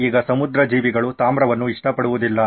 ಈಗ ಸಮುದ್ರ ಜೀವಿಗಳು ತಾಮ್ರವನ್ನು ಇಷ್ಟಪಡುವುದಿಲ್ಲ